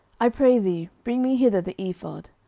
i pray thee, bring me hither the ephod.